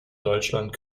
deutschland